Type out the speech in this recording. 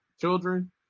children